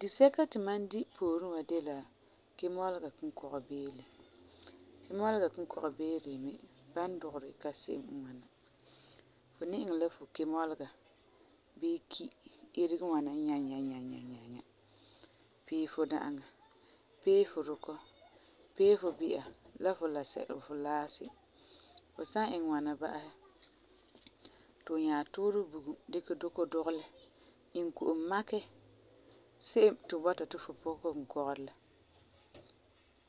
Disɛka ti mam di pooren wa de la kemɔlega kinkɔgebeele. Kemɔlega kinkɔgebeele ba n dugeri ka se'em. Fu ni iŋɛ la fu kemɔlega bii ki, erege ŋwana nyanya, piɛ fu da'aŋa, pee fu dukɔ, pee fu bi'a la fu lasɛka, fu laasi. Fu san iŋɛ ŋwana ba'asɛ ti fu nyaa tuurɛ bugum, dikɛ dukɔ dugelɛ, iŋɛ ko'om makɛ se'em ti fu bɔta ti fu pukɛ fu kinkɔgerɛ la.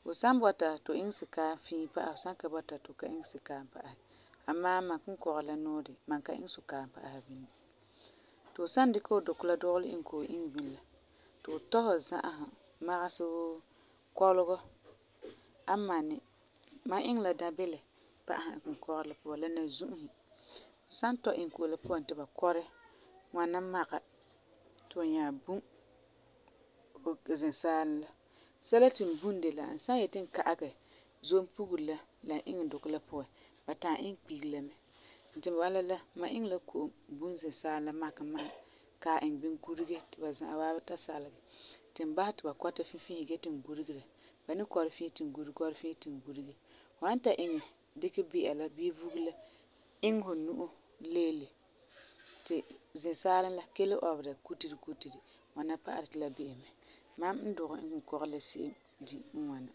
Fu san bɔta ti fu iŋɛ sukaam fii pa'asɛ fu san ka bɔta ti fu iŋɛ sukaam pa'asɛ. Amaa, mam kinkɔgerɛ la nuu de, mam ka iŋɛ sukaam pa'asɛ bini. Ti fu san dikɛ fu dukɔ la dugelɛ iŋɛ ko'om iŋɛ bini la, ti fu tɔ fu za'asum magesɛ wuu kɔlegɔ, amani. Mam iŋɛ la dãbilɛ pa'asɛ n kinkɔgerɛ la puan la nanzu'usi. Fu san tɔ iŋɛ ko'om la puan ti bu kɔrɛ ŋwana maga, ti fu nyaa bum fu zɛsaala la. Sɛla ti n bum de la, n san yeti n ka'agɛ zompugero la n iŋɛ dukɔ la puan, la ta'am iŋɛ kpigela mɛ. Ti wala la, mam iŋɛ la ko'om bum zɛsaala la makɛ ma'a, ka'ɛ iŋɛ bini gurege ti ba za'a waabi ta salegɛ. Ti n basɛ ti ba kɔta fifisi dee ti n guregera. Ba ni kɔrɛ fii ti n gurege, kɔrɛ fii ti n gurege. Ba ni ta iŋɛ ti n dikɛ bi'a laa bii vugere la iŋɛ fu nu'o leele, ti zɛsaala la ka le ɔbera kuteri kuteri, ŋwana pa'alɛ ti fu kinkɔgerɛ la bi'ɛ mɛ n la. Mam n dugɛ n kinkɔgerɛ la se'em n bala.